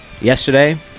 Yesterday